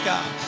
God